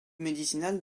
médicinales